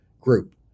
group